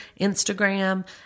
Instagram